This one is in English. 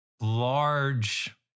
large